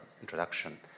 introduction